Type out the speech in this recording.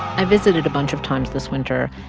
i visited a bunch of times this winter,